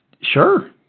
sure